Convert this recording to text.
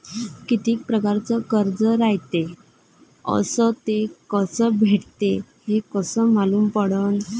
कितीक परकारचं कर्ज रायते अस ते कस भेटते, हे कस मालूम पडनं?